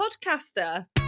podcaster